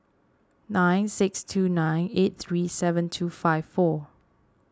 nine six two nine eight three seven two five four